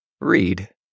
read